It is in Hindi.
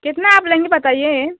कितना आप लेंगी बताइए